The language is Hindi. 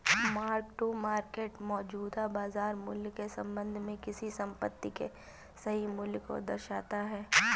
मार्क टू मार्केट मौजूदा बाजार मूल्य के संबंध में किसी संपत्ति के सही मूल्य को दर्शाता है